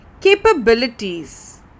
capabilities